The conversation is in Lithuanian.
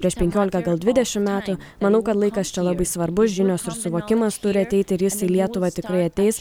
prieš penkiolika gal dvidešim metų manau kad laikas čia labai svarbus žinios ir suvokimas turi ateiti ir jis į lietuvą tikrai ateis